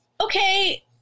okay